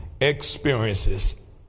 experiences